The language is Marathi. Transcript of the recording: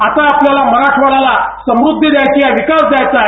आता आपल्याला मराठवाड्याला समुद्दी द्यायची आहे विकास द्यायचा आहे